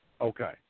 Okay